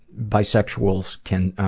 bisexuals can